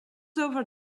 over